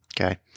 okay